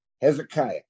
Hezekiah